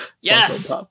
Yes